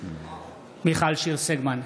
מיכל שיר סגמן,